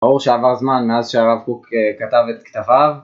ברור שעבר זמן מאז שהרב קוק כתב את כתביו